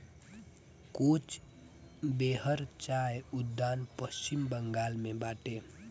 कोच बेहर चाय उद्यान पश्चिम बंगाल में बाटे